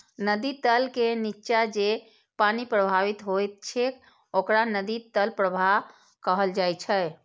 नदी तल के निच्चा जे पानि प्रवाहित होइत छैक ओकरा नदी तल प्रवाह कहल जाइ छै